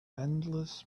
endless